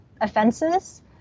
offenses